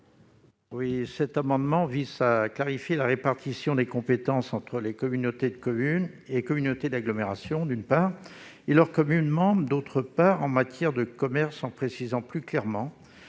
. Cet amendement vise à clarifier la répartition des compétences entre les communautés de communes et communautés d'agglomération, d'une part, et leurs communes membres, d'autre part, en matière de commerce. Il s'agit de préciser,